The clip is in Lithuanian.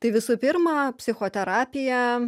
tai visų pirma psichoterapiją